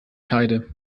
scheide